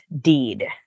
deed